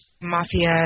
mafia